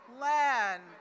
land